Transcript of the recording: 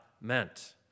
meant